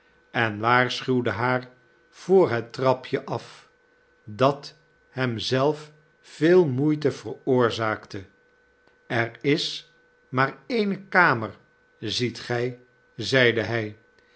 en waarschuwde haar voor het trapje af dat hem zelf veel moeite veroorzaakte er is maar eene kamer ziet gy zeide hij